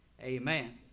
amen